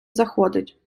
заходить